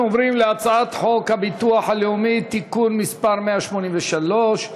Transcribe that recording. אנחנו עוברים להצעת חוק הביטוח הלאומי (תיקון מס' 183),